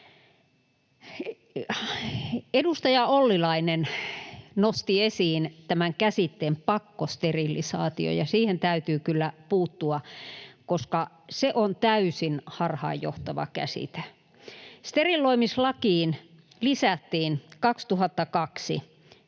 Edustaja Ollikainen nosti esiin tämän käsitteen ”pakkosterilisaatio”, ja siihen täytyy kyllä puuttua, koska se on täysin harhaanjohtava käsite. Steriloimislakiin lisättiin 2002 kohta,